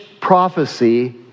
prophecy